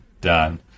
done